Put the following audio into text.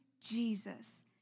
Jesus